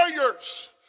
warriors